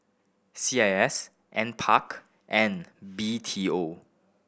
C I S NPARK and B T O